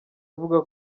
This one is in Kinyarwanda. avuga